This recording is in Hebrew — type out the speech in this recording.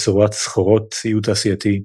בצורת סחורות, ציוד תעשייתי,